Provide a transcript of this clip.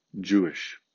Jewish